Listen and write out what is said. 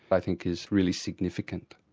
i think it's really significant.